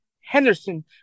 Henderson